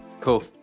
Cool